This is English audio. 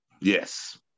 Yes